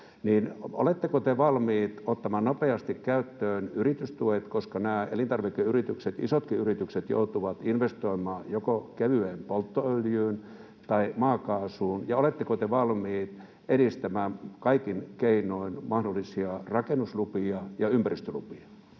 Oletteko te valmiit ottamaan nopeasti käyttöön yritystuet, koska nämä elintarvikeyritykset, isotkin yritykset, joutuvat investoimaan joko kevyeen polttoöljyyn tai maakaasuun? Ja oletteko te valmiit edistämään kaikin keinoin mahdollisia rakennuslupia ja ympäristölupia?